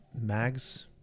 Mags